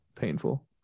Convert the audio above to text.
painful